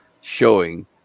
showing